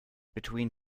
between